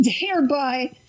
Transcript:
thereby